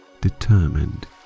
determined